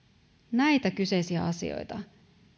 näitä kyseisiä asioita